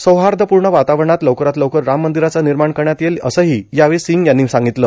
सौहार्दपूर्ण वातावरणात लवकरात लवकर राम मंदिराचं निर्माण करण्यात येईल असंही यावेळी सिंग यांनी सांगितलं